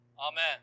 Amen